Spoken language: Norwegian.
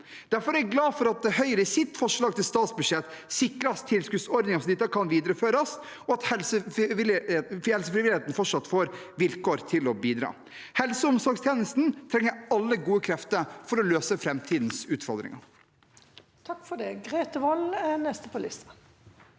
Derfor er jeg glad for at Høyre i sitt forslag til statsbudsjett sikrer tilskuddsordningen så dette kan videreføres, og at helsefrivilligheten fortsatt får vilkår til å kunne bidra. Helse- og omsorgstjenesten trenger alle gode krefter for å løse framtidens utfordringer.